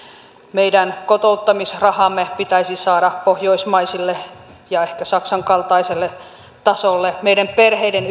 meidän kotouttamisrahamme pitäisi saada pohjoismaiselle ja ehkä saksan kaltaiselle tasolle meidän perheiden